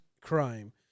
crime